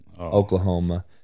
oklahoma